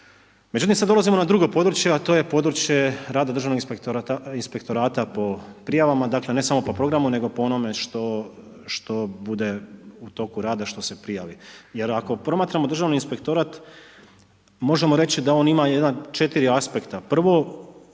Međutim sad dolazimo na drugo područje, a to je područje rada državnog inspektorata po prijavama, dakle ne samo po programu, nego po onome što bude u toku rada što se prijavi, jer ako promatramo državni inspektorat, možemo reći da on ima 4 aspekta.